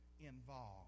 involved